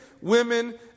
women